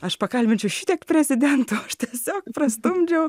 aš pakalbinčiau šitiek prezidentų aš tiesiog prastumdžiau